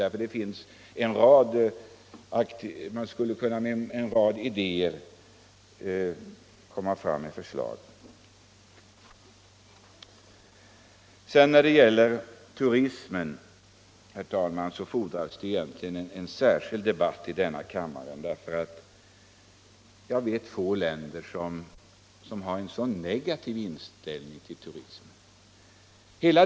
Det finns en rad idéer och förslag som man skulle ha kunnat framföra. Därför återremiss. Frågan om turismen skulle egentligen fordra en särskild debatt här i kammaren. Jag vet få länder som har en så negativ inställning till turism som Sverige.